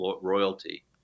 royalty